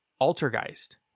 Altergeist